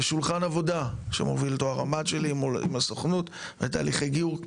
יש שולחן עבודה שמוביל אותו הרמ"ד שלי עם הסוכנות על תהליכי גיור,